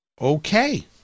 okay